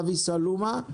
אבי סלומה,